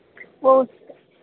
वो उस